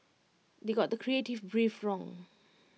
they got the creative brief wrong